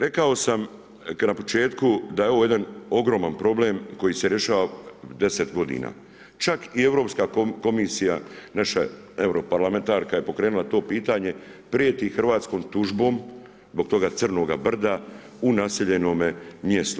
Rekao sam na početku da je ovo jedan ogroman problem koji se rješava deset godina, čak i Europska komisija, naša europarlamentarka je pokrenula to pitanje, prijeti Hrvatskoj tužbom zbog toga crnoga brda u naseljenom mjestu.